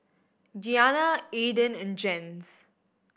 Gianna Aidyn and Jens